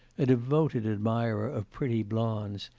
a devoted admirer of pretty blondes,